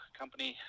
company